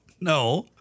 no